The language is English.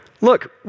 Look